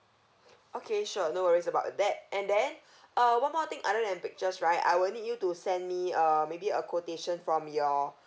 okay sure no worries about that and then uh one more thing other than pictures right I will need you to send me uh maybe a quotation from your